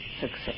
success